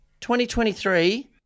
2023